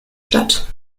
statt